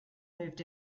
moved